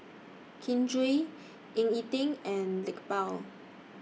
Kin Chui Ying E Ding and Iqbal